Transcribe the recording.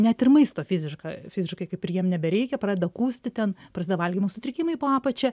net ir maisto fiziškai fiziškai kaip ir jiem nebereikia pradeda kūsti ten prasideda valgymo sutrikimai po apačia